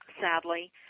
Sadly